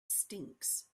stinks